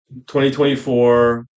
2024